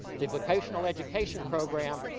the vocational education program,